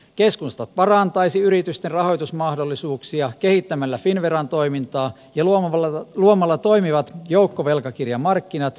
keskusta parantaisi yritysten rahoitusmahdollisuuksia kehittämällä finnveran toimintaa ja luomalla toimivat joukkovelkakirjamarkkinat pk yritysten käyttöön